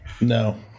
No